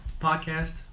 Podcast